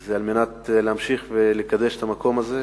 זה על מנת להמשיך ולקדש את המקום הזה,